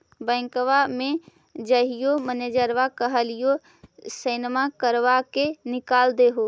बैंकवा मे जाहिऐ मैनेजरवा कहहिऐ सैनवो करवा के निकाल देहै?